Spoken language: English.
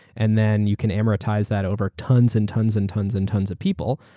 and then you can amortize that over tons and tons and tons and tons of people.